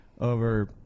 Over